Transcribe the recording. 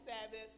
sabbath